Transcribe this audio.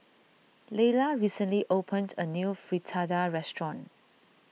Lela recently opened a new Fritada restaurant